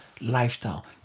lifestyle